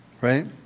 Right